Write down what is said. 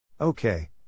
Okay